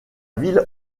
ville